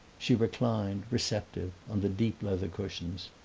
she reclined, receptive, on the deep leather cushions,